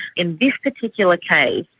in this particular case,